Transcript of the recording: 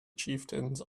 chieftains